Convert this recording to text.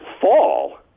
fall